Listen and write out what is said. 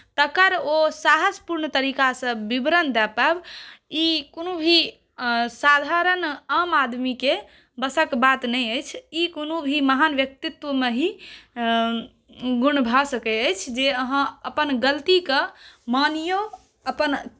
तकर ओ साहसपूर्ण तरीकासँ विवरण दए पाएब ई कोनो भी साधारण आम आदमीके वशक बात नहि अछि ई कोनो भी महान व्यक्तित्वमे ही गुण भऽ सकैत अछि जे अहाँ अपन गलतीकेँ मानियौ अपन